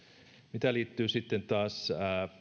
mitä liittyy sitten taas